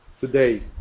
today